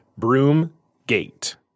Broomgate